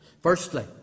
Firstly